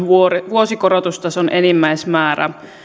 vuosikorotustason enimmäismäärä